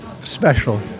special